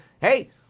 hey